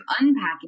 unpacking